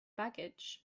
baggage